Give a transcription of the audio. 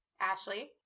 Ashley